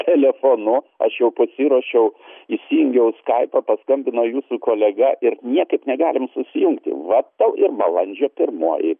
telefonu aš jau pasiruošiau įsijungiau skaipą paskambino jūsų kolega ir niekaip negalim susijungti va tau ir balandžio pirmoji